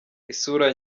isura